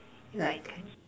like